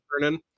turning